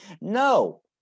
No